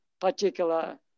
particular